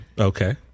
Okay